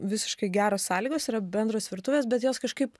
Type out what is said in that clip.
visiškai geros sąlygos yra bendros virtuvės bet jos kažkaip